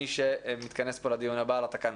מי שמתכנס פה לדיון הבא על התקנות.